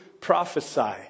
prophesy